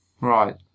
Right